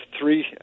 three